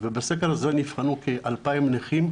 ובסקר הזה נבחנו כ-2,000 נכים,